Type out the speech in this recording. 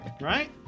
Right